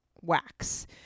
wax